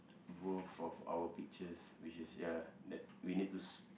both of our picture which is ya that we need to s~